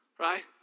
right